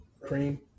Cream